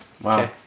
wow